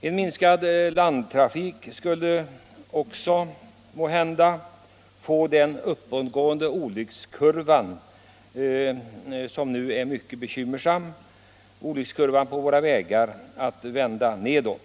En minskad landtrafik skulle möjligen också få den uppåtgående olyckskurvan på våra vägar — som nu är mycket bekymmersam — att vända nedåt.